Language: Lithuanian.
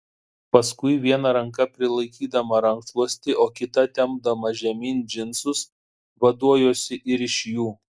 paskui viena ranka prilaikydama rankšluostį o kita tempdama žemyn džinsus vaduojuosi ir iš jų